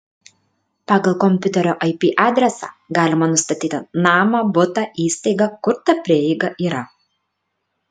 pagal kompiuterio ip adresą galima nustatyti namą butą įstaigą kur ta prieiga yra